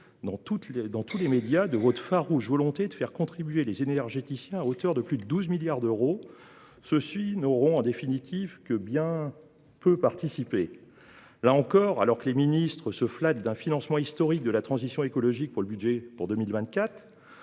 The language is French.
dans tous les médias votre farouche volonté de faire contribuer les énergéticiens pour plus de 12 milliards d’euros ! Ceux ci n’auront en définitive que bien peu participé… Par ailleurs, alors que les ministres se flattent d’un financement historique de la transition écologique dans le budget pour 2024,